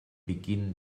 beginn